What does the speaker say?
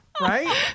right